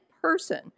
person